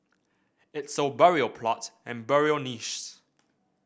it sold burial plots and burial niches